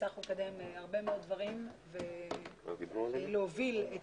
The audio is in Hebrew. הצלחנו לקדם הרבה מאוד דברים ולהוביל את